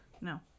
No